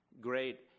great